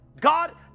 God